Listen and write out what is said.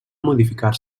modificar